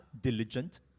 diligent